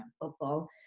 football